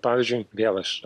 pavyzdžiui vel aš